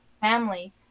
family